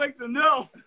no